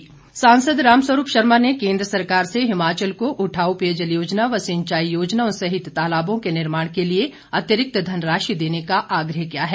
रामस्वरूप सांसद रामस्वरूप शर्मा ने केंद्र सरकार से हिमाचल को उठाऊ पेयजल योजना व सिंचाई योजनाओं सहित तालाबों के निर्माण के लिए अतिरिक्त धनराशि देने का आग्रह किया है